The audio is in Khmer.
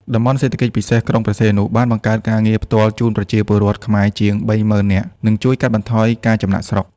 តំបន់ សេដ្ឋកិច្ចពិសេសក្រុងព្រះសីហនុបានបង្កើតការងារផ្ទាល់ជូនប្រជាពលរដ្ឋខ្មែរជាង ៣០,០០០ នាក់ និងជួយកាត់បន្ថយការចំណាកស្រុក។